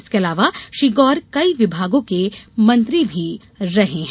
इसके अलावा श्री गौर कई विभागों के मंत्री भी रहे हैं